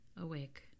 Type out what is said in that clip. Awake